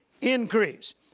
increase